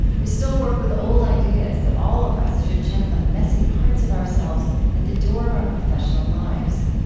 we still work with old ideas that all of us should check the messy parts of ourselves at the door of our professional lives.